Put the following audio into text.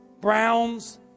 Brown's